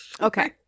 Okay